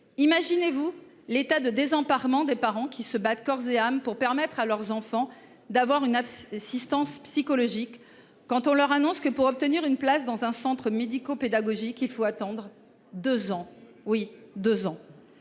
Imaginez-vous l'état de désemparement des parents qui se battent corps et âme pour permettre à leurs enfants d'avoir une Systems s'psychologique quand on leur annonce que pour obtenir une place dans un centre médico-pédagogique, il faut attendre 2 ans.